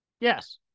Yes